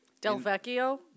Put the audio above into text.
Delvecchio